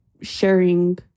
sharing